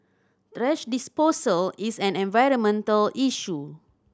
thrash disposal is an environmental issue